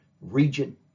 region